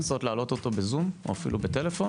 אפשר להעלות אותו בזום או בטלפון?